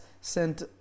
sent